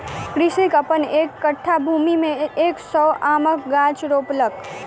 कृषक अपन एक कट्ठा भूमि में एक सौ आमक गाछ रोपलक